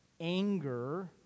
anger